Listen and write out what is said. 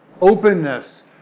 openness